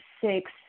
six